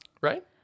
Right